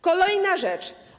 Kolejna rzecz.